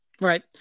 Right